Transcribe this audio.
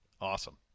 Awesome